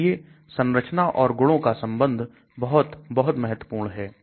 इसलिए संरचना और गुणों का संबंध बहुत बहुत महत्वपूर्ण है